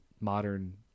modern